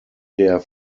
der